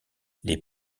les